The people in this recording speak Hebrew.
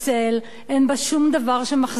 אין בה שום דבר שמחזיק אותה,